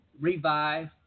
revive